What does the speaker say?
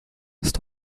ist